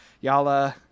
Y'all